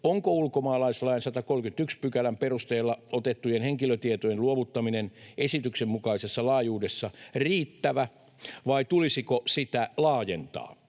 onko ulkomaalaislain 131 §:n perusteella otettujen henkilötietojen luovuttaminen esityksen mukaisessa laajuudessa riittävä, vai tulisiko sitä laajentaa,